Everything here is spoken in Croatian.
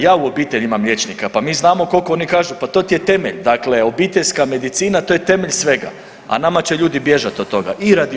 Ja u obitelji imam liječnika, pa mi znamo koliko oni kažu, pa to ti je temelj, dakle obiteljska medicina, to je temelj svega, a nama će ljudi bježati od toga i radi ovog Zakona.